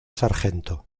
sargento